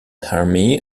army